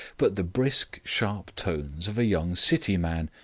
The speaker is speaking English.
but the brisk sharp tones of a young city man.